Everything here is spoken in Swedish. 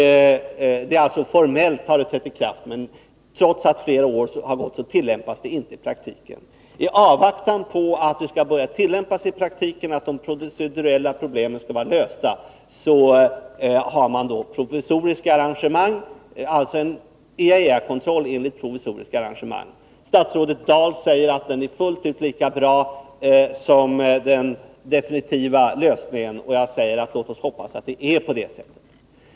Formellt har det trätt i kraft, men trots att flera år har gått tillämpas det inte i praktiken. I avvaktan på att det skall börja tillämpas i praktiken och att de procedurella problemen skall vara lösta har man en IAEA-kontroll enligt provisoriska arrangemang. Statsrådet Dahl säger att det är fullt ut lika bra som den definitiva lösningen. Jag säger: Låt oss hoppas att det är på det sättet.